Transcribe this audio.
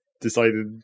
decided